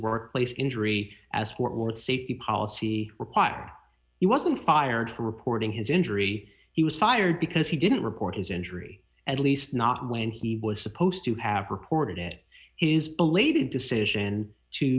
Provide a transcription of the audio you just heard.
workplace injury as for the safety policy required he wasn't fired for reporting his injury he was fired because he didn't report his injury at least not when he was supposed to have reported it is belated decision to